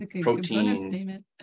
protein